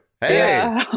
Hey